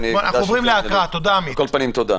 על כל פנים, תודה.